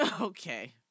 Okay